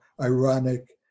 ironic